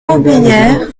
robéyère